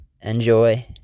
Enjoy